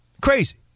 Crazy